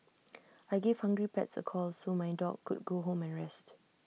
I gave hungry pets A call so my dog could go home my rest